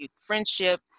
friendship